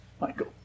Michael